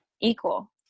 equal